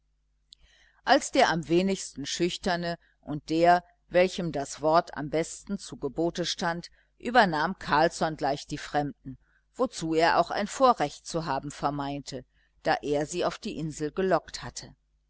als der am wenigsten schüchterne und der welchem das wort am besten zu gebote stand übernahm carlsson gleich die fremden wozu er auch ein vorrecht zu haben vermeinte da er sie auf die insel gelockt hatte